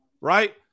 right